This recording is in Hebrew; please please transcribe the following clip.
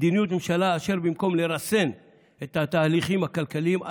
ומדיניות ממשלה אשר במקום לרסן את התהליכים הכלכליים,